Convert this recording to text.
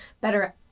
Better